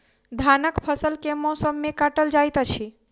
धानक फसल केँ मौसम मे काटल जाइत अछि?